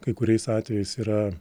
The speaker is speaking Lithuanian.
kai kuriais atvejais yra